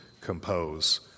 compose